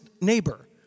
neighbor